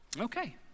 Okay